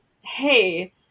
hey